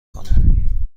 کنم